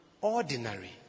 ordinary